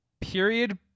period